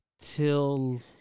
till